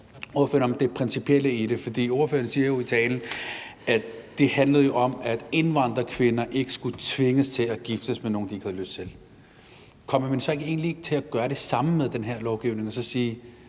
Ordføreren siger jo i talen, at det handler om, at indvandrerkvinder ikke skal tvinges til at gifte sig med nogen, de ikke har lyst til. Kommer man så egentlig ikke til at gøre det samme med den her lovgivning ved at sige,